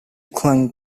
clung